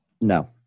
no